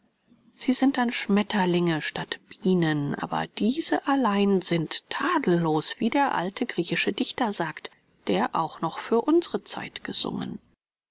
sie sind dann schmetterlinge statt bienen aber diese allein sind tadellos wie der alte griechische dichter sagt der auch noch für unsere zeit gesungen